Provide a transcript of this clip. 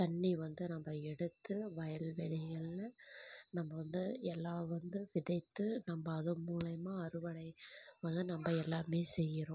தண்ணி வந்து நம்ம எடுத்து வயல் வெளிகளில் நம்ம வந்து எல்லாம் வந்து விதைத்து நம்ம அதன் மூலிமா அறுவடை வந்து நம்ம எல்லாம் செய்கிறோம்